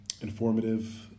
informative